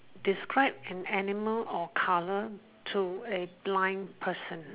describe an animal or colour to a blind person